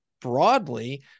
broadly